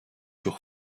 sur